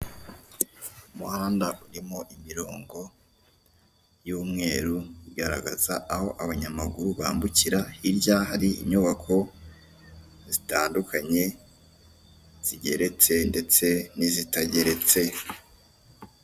Umuhanda urimo imirongo y'umweru igaragaza aho abanyamaguru bambukira, hirya hari inyubako zitandukanye zigeretse ndetse n'izitageretse.